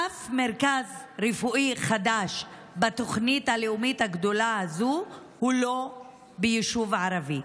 אף מרכז רפואי חדש בתוכנית הלאומית הגדולה הזו הוא לא ביישוב ערבי.